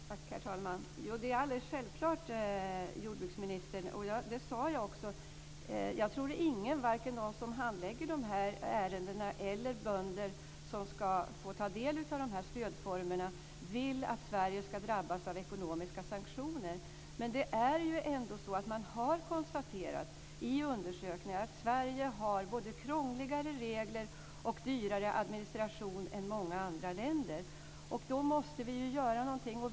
Herr talman! Jo det är alldeles självklart, jordbruksministern, och det sade jag också. Jag tror inte att någon, varken de som handlägger de här ärendena eller de bönder som ska få ta del av stödformerna, vill att Sverige ska drabbas av ekonomiska sanktioner. Men det är ändå så att man har konstaterat i undersökningar att Sverige har både krångligare regler och dyrare administration än många andra länder. Då måste vi ju göra någonting.